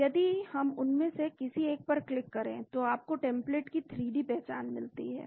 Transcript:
तो यदि हम उनमें से किसी एक पर क्लिक करें तो आपको अपने टेम्प्लेट की 3 डी संरचना मिलती है